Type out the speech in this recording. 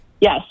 Yes